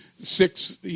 six